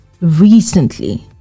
recently